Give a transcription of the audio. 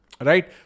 Right